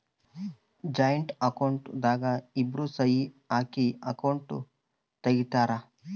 joint account ದಾಗ ಇಬ್ರು ಸಹಿ ಹಾಕಿ ಅಕೌಂಟ್ ತೆಗ್ದಿರ್ತರ್